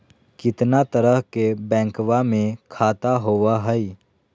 कितना तरह के बैंकवा में खाता होव हई?